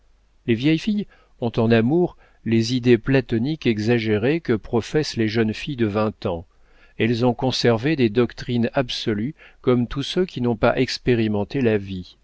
les vieilles filles ont en amour les idées platoniques exagérées que professent les jeunes filles de vingt ans elles ont conservé des doctrines absolues comme tous ceux qui n'ont pas expérimenté la vie